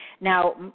now